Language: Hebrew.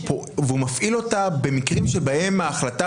והוא מפעיל אותה במקרים שבהם ההחלטה